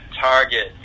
target